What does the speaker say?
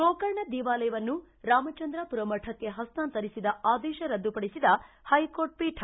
ಗೋಕರ್ಣ ದೇವಾಲಯವನ್ನು ರಾಮಚಂದ್ರಾಪುರ ಮಠಕ್ಕೆ ಪಸ್ತಾಂತರಿಸಿದ ಆದೇಶ ರದ್ದುಪಡಿಸಿದ ಪೈಕೋರ್ಟ್ ಪೀಠ